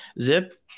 Zip